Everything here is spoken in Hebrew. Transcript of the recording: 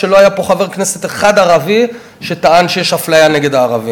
שלא היה פה חבר כנסת ערבי אחד שטען שיש אפליה נגד הערבים.